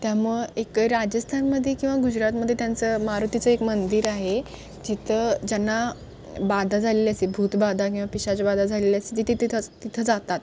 त्यामुळं एक राजस्थानमध्ये किंवा गुजरातमध्ये त्यांचं मारुतीचं एक मंदिर आहे जिथं ज्यांना बाधा झालेली असते भूतबाधा किंवा पिशाचबाधा झालेली असते तिथे तिथं तिथं जातात